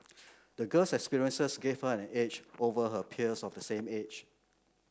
the girl's experiences gave her an edge over her peers of the same age